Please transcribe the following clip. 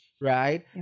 right